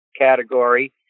category